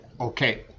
okay